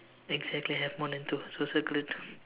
exactly have more than two so circle it